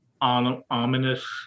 ominous